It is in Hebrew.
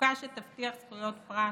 חוקה שתבטיח זכויות פרט,